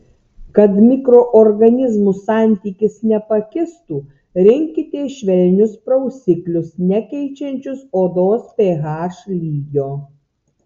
kad mikroorganizmų santykis nepakistų rinkitės švelnius prausiklius nekeičiančius odos ph lygio